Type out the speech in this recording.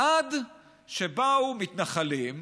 עד שבאו מתנחלים,